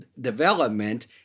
development